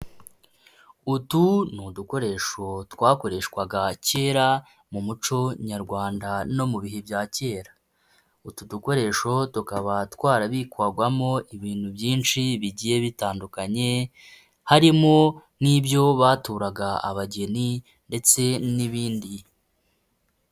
Utu ni udukoresho twakoreshwaga kera mu muco Nyarwanda no mu bihe bya kera. Utu dukoresho tukaba twarabikwagamo ibintu byinshi bigiye bitandukanye, harimo n'ibyo baturaga abageni ndetse n'ibindi.